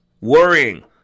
Worrying